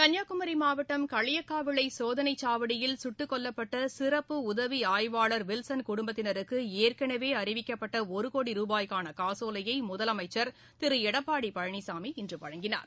கன்னியாகுமரி மாவட்டம் களியக்காவிளை சோதனைச் சாவடியில் சுட்டுக் கொல்லப்பட்ட சிறப்பு உதவி ஆய்வாளர் வில்சன் குடும்பத்தினருக்கு ஏற்களவே அறிவிக்கப்பட்ட ஒரு கோடி ரூபாய்க்கான காசோலையை முதலமைச்சர் திரு எடப்பாடி பழனிசாமி இன்று வழங்கினார்